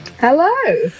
Hello